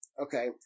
okay